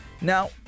Now